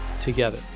together